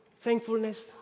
thankfulness